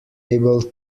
able